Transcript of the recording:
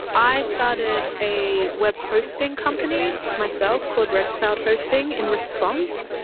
i started a web hosting company myself called red cloud hosting in response,